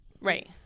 Right